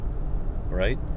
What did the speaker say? Right